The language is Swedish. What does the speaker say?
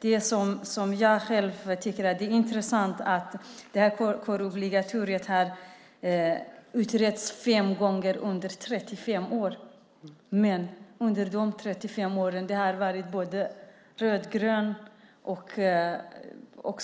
Det som jag själv tycker är intressant är att kårobligatoriet har utretts fem gånger under 35 år. Under de 35 åren har det varit både rödgrön majoritet och